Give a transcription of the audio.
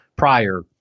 prior